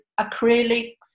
acrylics